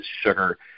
sugar